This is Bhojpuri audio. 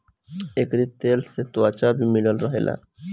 एकरी तेल से त्वचा भी निमन रहेला